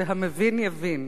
והמבין יבין.